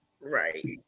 right